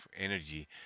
energy